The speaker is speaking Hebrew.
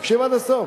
תקשיב עד הסוף.